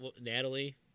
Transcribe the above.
Natalie